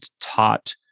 taught